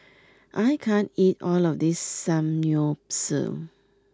I can't eat all of this Samgyeopsal